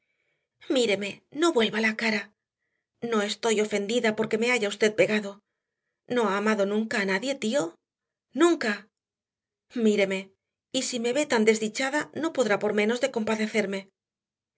míreme no vuelva la cara no estoy ofendida porque me haya usted pegado no ha amado nunca a nadie tío nunca míreme y si me ve tan desdichada no podrá por menos de compadecerme